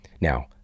Now